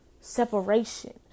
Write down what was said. separation